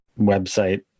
website